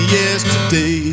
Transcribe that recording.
yesterday